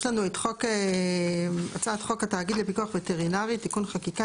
הצעת חוק התאגיד לפיקוח וטרינרי (תיקון חקיקה),